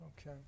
Okay